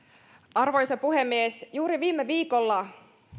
arvoisa puhemies juuri viime viikolla